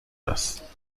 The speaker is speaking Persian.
است